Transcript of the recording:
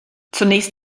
zunächst